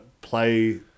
play